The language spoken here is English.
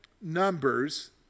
Numbers